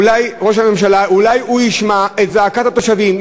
אולי ראש הממשלה, אולי הוא ישמע את זעקת התושבים.